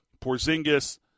Porzingis